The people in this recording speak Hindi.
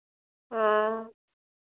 हाँ